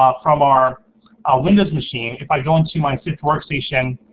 ah from our windows machine, if i go into my sift workstation,